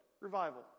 revival